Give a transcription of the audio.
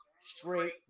straight